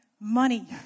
Money